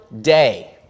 day